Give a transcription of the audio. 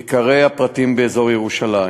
עיקרי הפרטים באזור ירושלים: